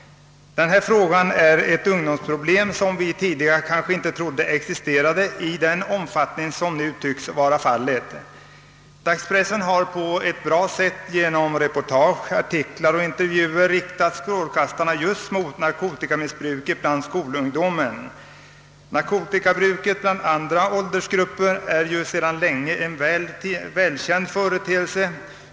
Denna fråga är ett ungdomsproblem som vi tidigare kanske inte trodde existerade i den omfattning som nu tycks vara fallet. Dagspressen har på ett bra sätt genom reportage, artiklar och intervjuer riktat strålkastarna just mot narkotikamissbruket bland skolungdomen. Narkotikabruket bland andra ål dersgrupper är sedan länge en välkänd företeelse.